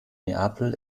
neapel